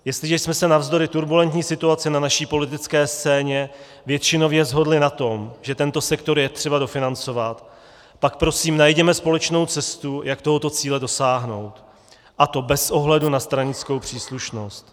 Jestliže jsme se navzdory turbulentní situaci na naší politické scéně většinově shodli na tom, že tento sektor je třeba dofinancovat, pak prosím najděme společnou cestu, jak tohoto cíle dosáhnout, a to bez ohledu na stranickou příslušnost.